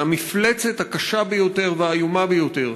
מהמפלצת הקשה ביותר והאיומה ביותר,